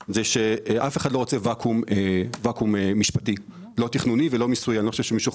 אף אחד לא רוצה ואקום משפטי או ואקום של מיסוי.